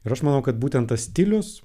ir aš manau kad būtent tas stilius